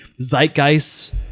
zeitgeist